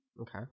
Okay